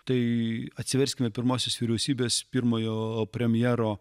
tai atsiverskime pirmosios vyriausybės pirmojo premjero